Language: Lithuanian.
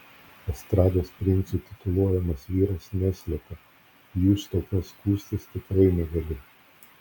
estrados princu tituluojamas vyras neslepia jų stoka skųstis tikrai negali